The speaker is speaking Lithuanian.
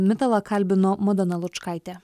mitalą kalbino madona lučkaitė